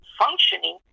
functioning